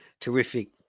Terrific